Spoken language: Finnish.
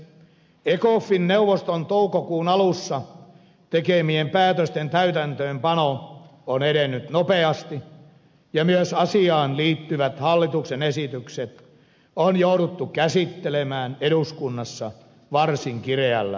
ecofin neuvoston toukokuun alussa tekemien päätösten täytäntöönpano on edennyt nopeasti ja myös asiaan liittyvät hallituksen esitykset on jouduttu käsittelemään eduskunnassa varsin kireällä aikataululla